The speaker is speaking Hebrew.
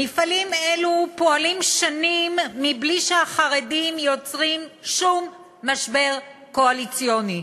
מפעלים אלו פועלים שנים בלי שהחרדים יוצרים שום משבר קואליציוני,